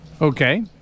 Okay